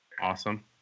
Awesome